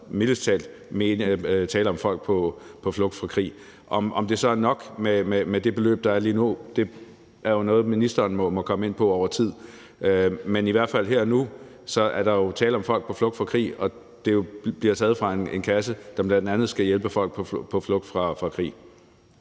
mildest talt tale om folk på flugt fra krig. Om det så er nok med det beløb, der er lige nu, er jo noget, ministeren må komme ind på over tid. Men i hvert fald er der jo her og nu tale om folk på flugt fra krig, og det bliver taget fra en kasse, som bl.a. skal hjælpe folk på flugt fra krig.